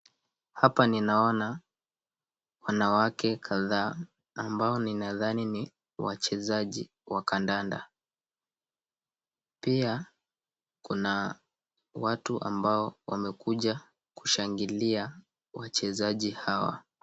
Hapa niniona wanawake kadhaa, ambao ninadhani ni wachezaji wa kandanda, pia kuna watu ambao wamekuja kushangilia wachezaji hawa.